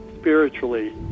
spiritually